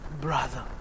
brother